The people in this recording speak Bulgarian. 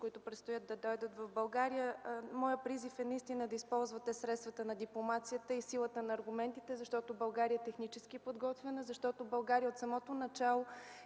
които предстои да дойдат в България, да използвате средствата на дипломацията и силата на аргументите, защото България е технически подготвена, защото България от самото начало